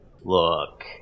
Look